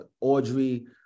Audrey